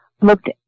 looked